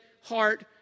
heart